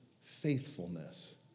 faithfulness